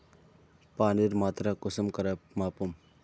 पानीर मात्रा कुंसम करे मापुम?